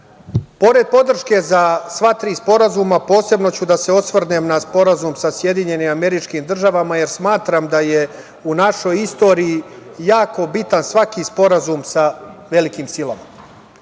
SAD.Pored podrške za sva tri sporazuma, posebno ću da se osvrnem na Sporazum sa SAD, jer smatram da je u našoj istoriji jako bitan svaki sporazum sa velikim silama.